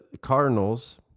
Cardinals